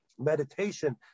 meditation